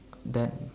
that